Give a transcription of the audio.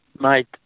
mate